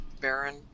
Baron